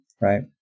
right